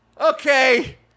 Okay